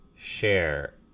Share